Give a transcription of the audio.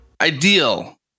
Ideal